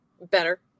better